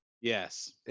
Yes